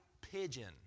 pigeon